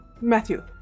Matthew